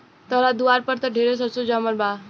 तहरा दुआर पर त ढेरे सरसो जामल बा